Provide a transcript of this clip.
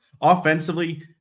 Offensively